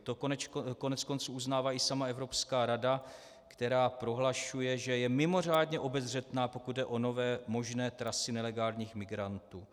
To koneckonců uznává i sama Evropská rada, která prohlašuje, že je mimořádně obezřetná, pokud jde o nové možné trasy nelegálních migrantů.